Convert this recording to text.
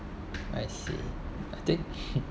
I see I think